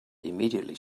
immediately